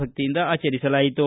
ಭಕ್ತಿಯಿಂದ ಆಚರಿಸಲಾಯಿತು